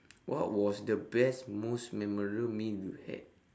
what was the best most memorable meal you had